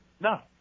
No